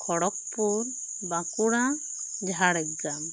Kharagpur Bankura Jhargram